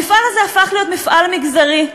המפעל הזה הפך להיות מפעל מגזרי,